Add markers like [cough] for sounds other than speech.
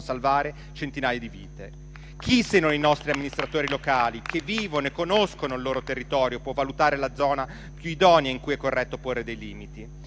salvare centinaia di vite? [applause] Chi, se non i nostri amministratori locali che vivono e conoscono il loro territorio, può valutare la zona più idonea in cui è corretto porre dei limiti?